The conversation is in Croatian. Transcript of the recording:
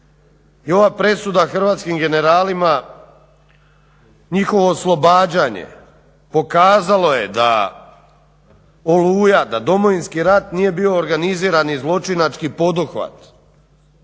i ova presuda hrvatskim generalima i njihovo oslobađanje pokazalo je da Oluja da Domovinski rat nije bio organizirani zločinački poduhvat